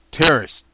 terrorists